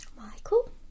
Michael